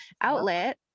outlet